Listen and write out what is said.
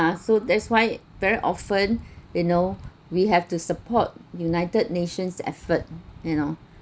uh so that's why very often you know we have to support united nations effort you know